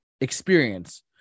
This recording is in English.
experience